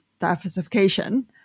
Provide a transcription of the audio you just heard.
diversification